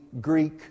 Greek